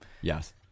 yes